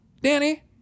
danny